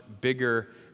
bigger